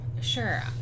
Sure